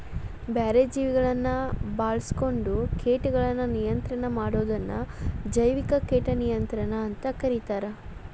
ಬ್ಯಾರೆ ಜೇವಿಗಳನ್ನ ಬಾಳ್ಸ್ಕೊಂಡು ಕೇಟಗಳನ್ನ ನಿಯಂತ್ರಣ ಮಾಡೋದನ್ನ ಜೈವಿಕ ಕೇಟ ನಿಯಂತ್ರಣ ಅಂತ ಕರೇತಾರ